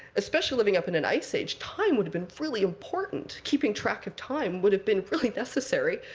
especially living up in an ice age, time would have been really important. keeping track of time would have been really necessary.